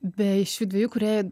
be šių dviejų kūrėjų